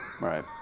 right